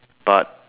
but